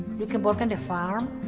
you can work in the farm.